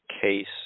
Case